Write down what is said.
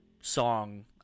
song